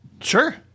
Sure